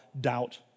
doubt